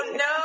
no